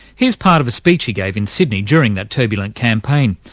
here's part of a speech he gave in sydney during that turbulent campaign,